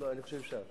לא, אני חושב שאפשר.